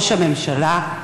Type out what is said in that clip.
ראש הממשלה,